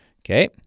Okay